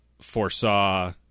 foresaw